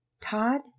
Todd